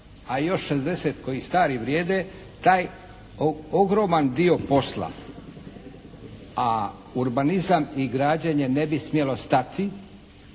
a još 60 koji stari vrijede taj ogroman dio posla a urbanizam i građenje ne bi smjelo stati,